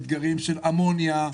אתגרים של אמוניה,